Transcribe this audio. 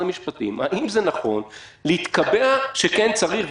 המשפטים: האם זה נכון להתקבע שכן צריך,